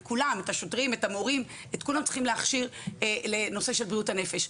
את השוטרים; את המורים; את כולם צריך להכשיר לנושא של בריאות הנפש.